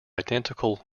identical